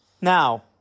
Now